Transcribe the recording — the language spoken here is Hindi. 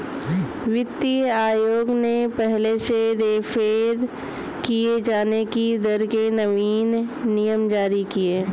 वित्तीय आयोग ने पहले से रेफेर किये जाने की दर के नवीन नियम जारी किए